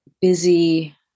busy